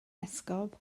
esgob